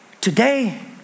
today